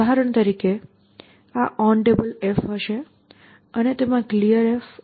ઉદાહરણ તરીકે આ OnTable હશે અને તેમાં Clear અને ArmEmpty હશે